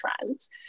trends